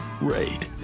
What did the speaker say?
RAID